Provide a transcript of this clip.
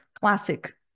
classic